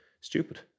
stupid